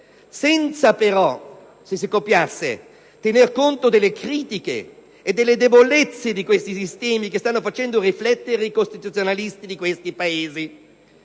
senza però tener conto delle critiche e delle debolezze di questi sistemi, che stanno facendo riflettere i costituzionalisti di quei Paesi.